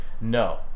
No